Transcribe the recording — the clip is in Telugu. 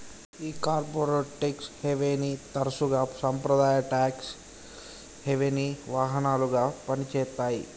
ఈ కార్పొరేట్ టెక్స్ హేవెన్ని తరసుగా సాంప్రదాయ టాక్స్ హెవెన్సి వాహనాలుగా పని చేత్తాయి